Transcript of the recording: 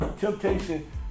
temptation